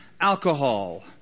alcohol